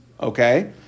Okay